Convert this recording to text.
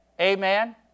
Amen